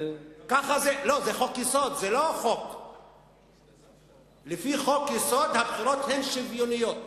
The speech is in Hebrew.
זה חוק-יסוד, ולפי חוק-יסוד הבחירות הן שוויוניות.